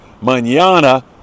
manana